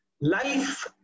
Life